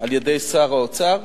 על-ידי שר האוצר.